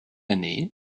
année